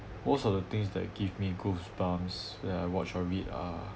most of the things that give me goosebumps when I watch or read are